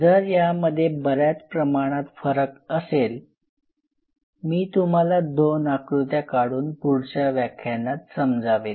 जर यांमध्ये बऱ्याच प्रमाणात फरक असेल मी तुम्हाला दोन आकृत्या काढून पुढच्या व्याख्यानात समजावेन